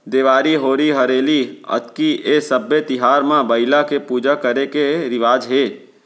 देवारी, होरी हरेली, अक्ती ए सब्बे तिहार म बइला के पूजा करे के रिवाज हे